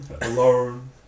alone